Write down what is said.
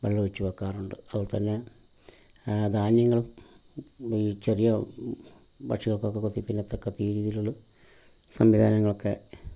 വെള്ളമൊഴിച്ച് വെക്കാറുണ്ട് അതുപോലെ തന്നെ ധാന്യങ്ങൾ ചെറിയ പക്ഷികൾക്കക്കെ കൊത്തി തിന്നത്തക്ക രീതികൾ സംവിധാനങ്ങളൊക്കെ